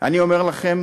אני אומר לכם